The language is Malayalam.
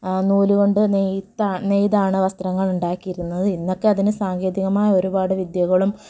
നൂല് കൊണ്ട് നെയ്ത്ത നെയ്താണ് വസ്ത്രങ്ങൾ ഉണ്ടാക്കിയിരുന്നത് ഇന്നൊക്കെ അതിന് സാങ്കേതികമായ ഒരുപാട് വിദ്യകളും